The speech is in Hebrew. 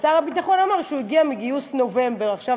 ושר הביטחון אמר שהוא הגיע מגיוס נובמבר עכשיו,